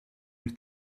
you